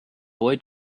boy